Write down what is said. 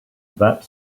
that